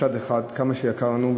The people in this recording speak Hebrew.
מצד אחד, כמה שזה יקר לנו.